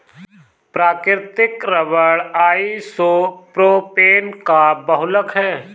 प्राकृतिक rubber isopropene का बहुलक है